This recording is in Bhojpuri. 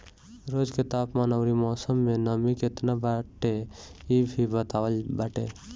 रोज के तापमान अउरी मौसम में नमी केतना बाटे इ भी बतावत बाटे